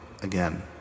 again